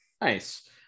Nice